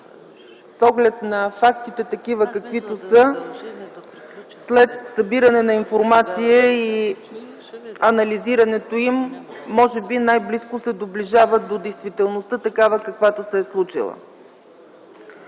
с оглед на фактите, каквито са, след събиране на информация и анализирането им, може би най-много се доближава до действителността, такава каквато се е случила.